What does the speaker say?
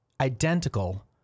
identical